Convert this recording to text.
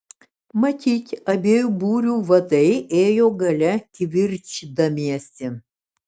matyt abiejų būrių vadai ėjo gale kivirčydamiesi